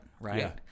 right